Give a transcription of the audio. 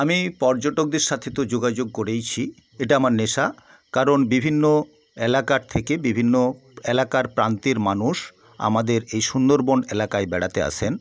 আমি পর্যটকদের সাথে তো যোগাযোগ করেইছি এটা আমার নেশা কারণ বিভিন্ন এলাকার থেকে বিভিন্ন এলাকার প্রান্তের মানুষ আমাদের এই সুন্দরবন এলাকায় বেড়াতে আসেন